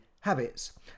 habits